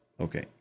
Okay